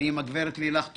ועם הגברת לילך טופילסקי,